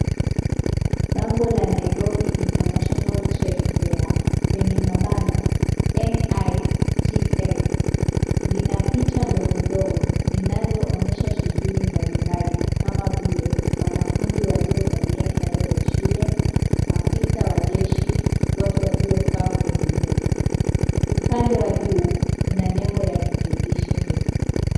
Bango la "Nairobi International Trade Fair (NITF), lina picha ndogo ndogo zinazoonesha shughuli mbalimbali kama vile, wanafunzi waliovalia sare za shule, maafisa wa jeshi, watu waliokaa kwenye meza. Upande wa juu kuna nembo ya Judiciary .